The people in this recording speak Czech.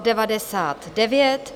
99.